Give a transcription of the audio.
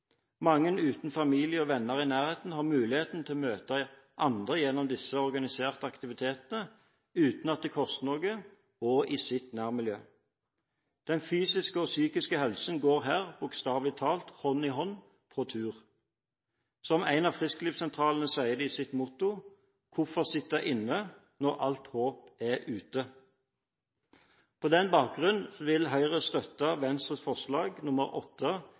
Mange uten familie og venner i nærheten har muligheten til å møte andre gjennom disse organiserte aktivitetene, uten at det koster noe, og i sitt nærmiljø. Den fysiske og psykiske helsen går her bokstavelig talt hånd i hånd – på tur. Som en av frisklivssentralene sier det i sitt motto: «Hvorfor sitte inne – når alt håp er ute?» På denne bakgrunn vil Høyre støtte Venstres forslag